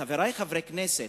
חברי חברי הכנסת,